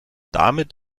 damit